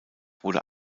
wurde